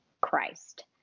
Christ